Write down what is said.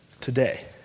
today